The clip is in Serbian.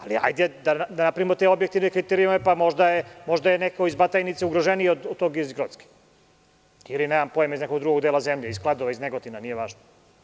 Ali, ajde da napravimo te objektivne kriterijume, pa možda je neko iz Batajnice ugroženiji od tog iz Grocke ili iz nekog drugog dela zemlje, iz Kladova, iz Negotina, nije važno.